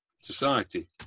society